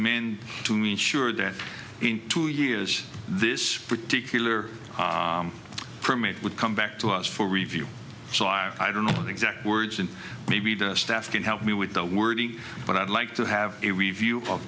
amend to mean sure that in two years this particular permit would come back to us for review so our i don't know the exact words and maybe the staff can help me with the wording but i'd like to have a review of